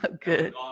Good